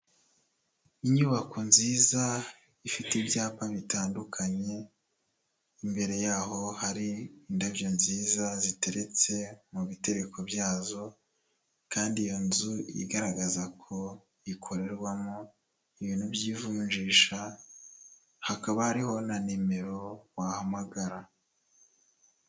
Inyubako nziza ifite ibyapa bitandukanye, imbere yaho hari indabyo nziza, ziteretse mu bitereko byazo kandi iyo nzu igaragaza ko ikorerwamo ibintu by'ivunjisha, hakaba hariho na nimero wahamagara.